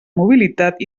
mobilitat